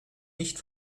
nicht